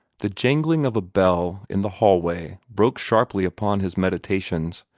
the jangling of a bell in the hallway broke sharply upon his meditations,